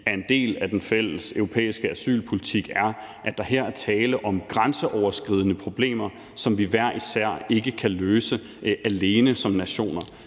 er en del af den fælles europæiske asylpolitik, er, at der her er tale om grænseoverskridende problemer, som vi ikke hver især kan løse alene som nationer.